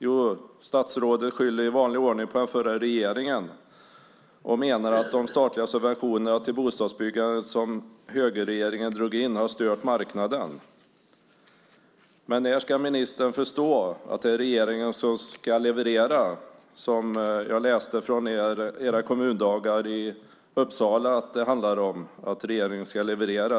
Jo, statsrådet skyller i vanlig ordning på den förra regeringen och menar att de statliga subventionerna till bostadsbyggande som högerregeringen drog in har stört marknaden. Men när ska ministern förstå att det är regeringen som ska leverera? Det handlar om att regeringen ska leverera - det läste jag om kring era kommundagar i Uppsala.